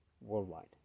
Worldwide